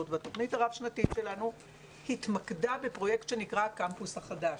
והתוכנית הרב שנתית שלנו התמקדה בפרויקט שנקרא 'הקמפוס החדש'.